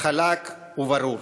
וחלק וברור.